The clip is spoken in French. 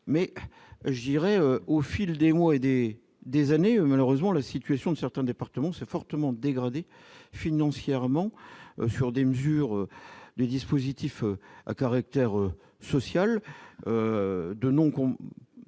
mais j'irai au fil des mois et des années, malheureusement, la situation de certains départements s'est fortement dégradée financièrement sur des mesures du dispositif à caractère social de noms